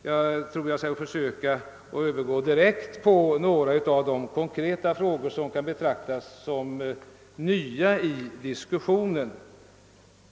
Jag skall i stället försöka övergå direkt till några av de konkreta frågor som kan betraktas som nya i diskussionen.